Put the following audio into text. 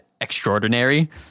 extraordinary